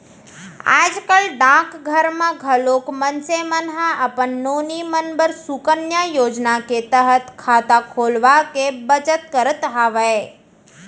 आज कल डाकघर मन म घलोक मनसे मन ह अपन नोनी मन बर सुकन्या योजना के तहत खाता खोलवाके बचत करत हवय